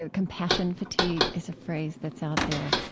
ah compassion fatigue is a phrase that's out there.